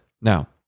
Now